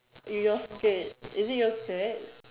yours okay is it you're scared